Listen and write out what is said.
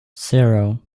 zero